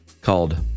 called